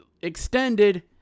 extended